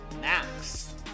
Max